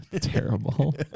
Terrible